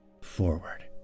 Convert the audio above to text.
Forward